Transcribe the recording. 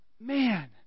Man